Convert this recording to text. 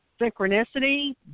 synchronicity